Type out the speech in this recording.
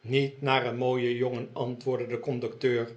niet naar een mooien jongen antwoordde de conducteur